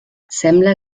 sembla